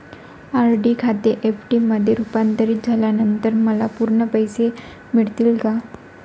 RD खाते FD मध्ये रुपांतरित झाल्यानंतर मला पूर्ण पैसे मिळतील का?